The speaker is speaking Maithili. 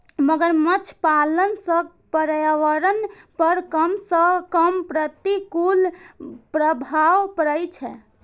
मगरमच्छ पालन सं पर्यावरण पर कम सं कम प्रतिकूल प्रभाव पड़ै छै